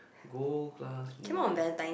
gold class movie